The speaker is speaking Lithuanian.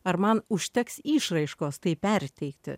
ar man užteks išraiškos tai perteikti